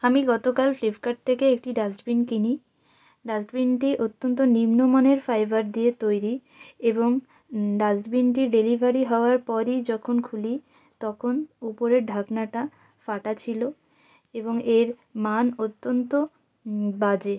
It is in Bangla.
আমি গতকাল ফ্লিপকার্ট থেকে একটি ডাস্টবিন কিনি ডাস্টবিনটি অত্যন্ত নিম্ন মানের ফাইবার দিয়ে তৈরি এবং ডাস্টবিনটি ডেলিভারি হওয়ার পরই যখন খুলি তখন উপরের ঢাকনাটা ফাটা ছিলো এবং এর মান অত্যন্ত বাজে